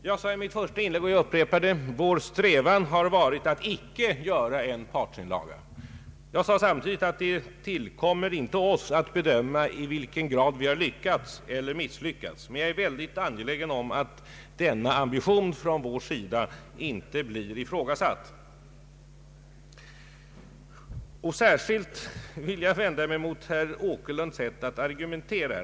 Jag sade i mitt första inlägg, och jag upprepar det, att vår strävan har varit att icke göra en partsinlaga. Jag sade samtidigt: Det tillkommer inte oss att bedöma i vilken grad vi lyckats eller misslyckats, men jag är mycket angelägen om att denna ambition från vår sida inte blir ifrågasatt. Jag vill särskilt vända mig mot herr Åkerlunds sätt att argumentera.